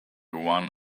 one